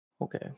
Okay